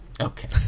Okay